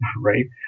right